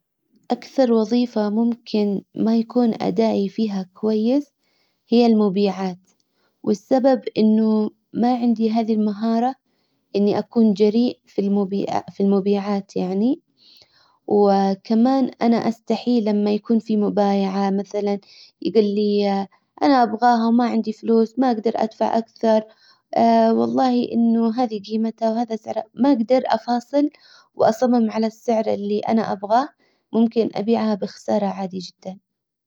اكثر وظيفة ممكن ما يكون ادائي فيها كويس هي المبيعات. والسبب انه ما عندي هذي المهارة اني اكون جريء في في المبيعات يعني. وكمان انا استحي لما يكون في مبايعة مثلا يجلى انا ابغاها وما عندي فلوس ما اقدر ادفع اكثر والله انه هذى قيمتها وهذا سعرها ما اقدر افاصل واصمم على السعر اللي انا ابغاه ممكن ابيعها بخسارة عادي جدا.